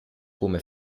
come